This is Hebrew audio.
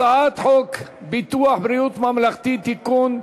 הצעת חוק ביטוח בריאות ממלכתי (תיקון,